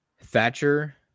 Thatcher